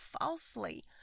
falsely